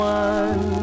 one